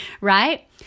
right